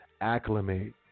acclimate